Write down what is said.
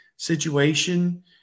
Situation